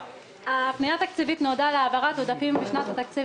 הפנייה התקציבית נועדה להעברת עודפים משנת התקציב